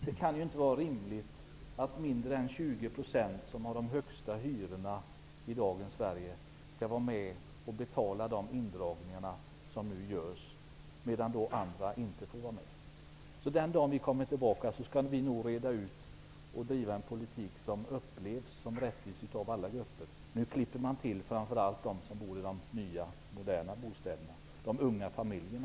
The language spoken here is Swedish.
Det kan inte vara rimligt att mindre är 20 % av de boende -- dvs. de som har de högsta hyrorna i dagens Sverige -- skall vara med och betala de indragningar som nu görs, medan andra inte får vara med. Den dagen vi kommer tillbaka skall vi nog reda ut problemen och driva en politik som upplevs som rättvis av alla grupper. Nu klipper regeringen framför allt till dem som bor i de nya moderna bostäderna -- t.ex. de unga familjerna.